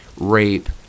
rape